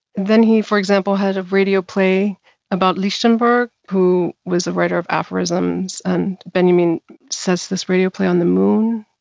then he, for example, had a radio play about lichtenberg, who was a writer of aphorisms, and benjamin sets this radio play on the moon.